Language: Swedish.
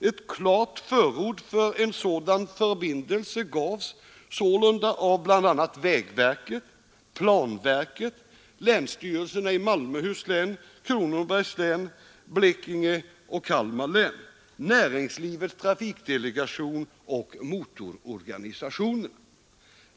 Ett klart förord för en sådan förbindelse gavs sålunda av bl.a. vägverket, planverket, länsstyrelserna i Malmöhus län, Kronobergs län, Blekinge län och Kalmar län, Näringslivets trafikdelegation och motororganisationerna.